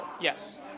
Yes